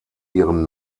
ihren